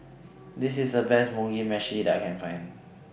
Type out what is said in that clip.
This IS The Best Mugi Meshi that I Can Find